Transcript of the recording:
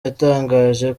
yatangaje